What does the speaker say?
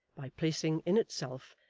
by placing, in itself,